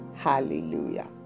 hallelujah